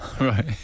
Right